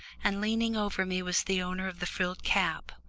and leaning over me was the owner of the frilled cap,